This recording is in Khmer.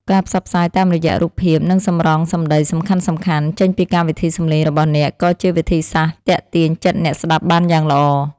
ការផ្សព្វផ្សាយតាមរយៈរូបភាព និងសម្រង់សម្តីសំខាន់ៗចេញពីកម្មវិធីសំឡេងរបស់អ្នកក៏ជាវិធីសាស្ត្រទាក់ទាញចិត្តអ្នកស្តាប់បានយ៉ាងល្អ។